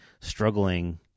struggling